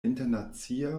internacia